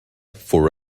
for